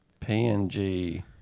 PNG